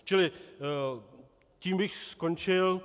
Čili tím bych skončil.